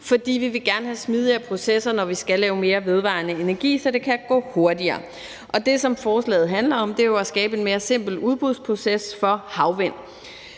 For vi vil gerne have smidigere processer, når vi skal lave mere vedvarende energi, så det kan gå hurtigere, og det, som forslaget handler om, er jo at skabe en mere simpel udbudsproces for havvind.